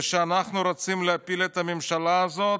ושאנחנו רוצים להפיל את הממשלה הזאת,